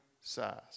size